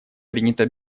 принято